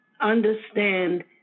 understand